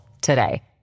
today